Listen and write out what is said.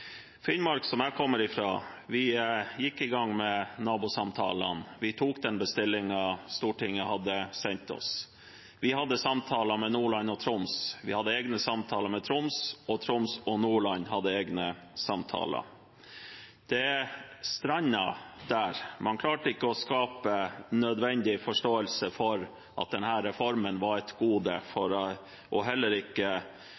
Finnmark, som jeg kommer fra, gikk vi i gang med nabosamtalene. Vi tok den bestillingen Stortinget hadde sendt oss. Vi hadde samtaler med Nordland og Troms, vi hadde egne samtaler med Troms, og Troms og Nordland hadde egne samtaler. Det strandet der. Man klarte ikke å skape nødvendig forståelse for at denne reformen var et gode,